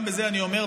גם בזה אני אומר,